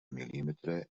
mil·límetre